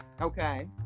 Okay